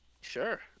Sure